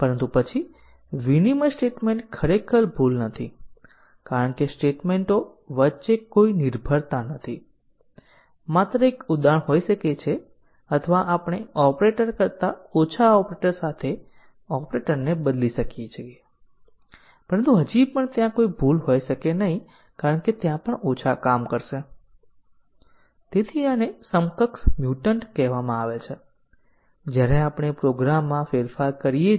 જો તમે કોઈ પ્રોગ્રામનું ટેસ્ટીંગ કરી રહ્યા હોવ તો તે એક સારો વિચાર છે જેનો ઉપયોગ મોટા ભાગના સોફ્ટવેર ઉદ્યોગ તરીકે મોટા પ્રમાણમાં વપરાશકર્તાઓ દ્વારા કરવામાં આવશે તેઓ બે મહત્વપૂર્ણ ટેકનીકો MCDC ટેસ્ટીંગ અને પાથ ટેસ્ટીંગ નો ઉપયોગ કરીને તેમના પ્રોગ્રામનું ટેસ્ટીંગ કરે છે